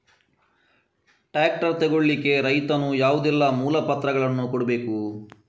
Tractor ತೆಗೊಳ್ಳಿಕೆ ರೈತನು ಯಾವುದೆಲ್ಲ ಮೂಲಪತ್ರಗಳನ್ನು ಕೊಡ್ಬೇಕು?